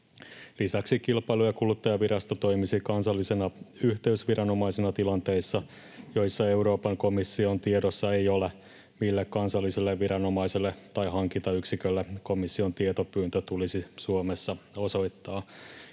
Lisäksi Kilpailu- ja kuluttajavirasto toimisi kansallisena yhteysviranomaisena tilanteissa, joissa Euroopan komission tiedossa ei ole, mille kansalliselle viranomaiselle tai hankintayksikölle komission tietopyyntö tulisi Suomessa osoittaa.